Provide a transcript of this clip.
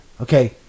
Okay